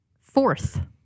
Fourth